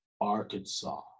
Arkansas